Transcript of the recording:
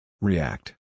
React